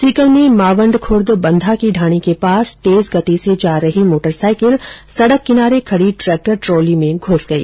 सीकर में मावंडखुर्द बंधा की ढाणी के पास तेज गति से जा रही मोटरसाईकिल सड़क किनारे खड़ी ट्रेक्टर ट्रोली में घुस गई